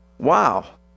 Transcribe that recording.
Wow